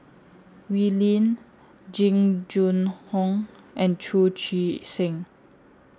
Wee Lin Jing Jun Hong and Chu Chee Seng